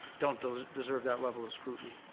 don't don't deserve that level of scrutiny.